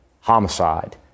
homicide